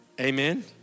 Amen